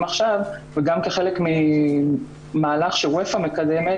עכשיו וגם כחלק ממהלך שאופ"א מקדמת,